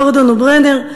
גורדון וברנר,